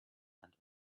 and